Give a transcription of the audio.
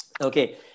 okay